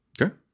Okay